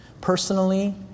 personally